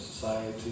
Society